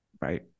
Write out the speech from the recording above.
right